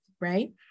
right